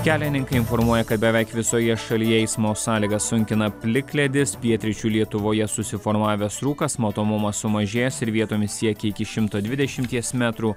kelininkai informuoja kad beveik visoje šalyje eismo sąlygas sunkina plikledis pietryčių lietuvoje susiformavęs rūkas matomumas sumažėjęs ir vietomis siekia iki šimto dvidešimties metrų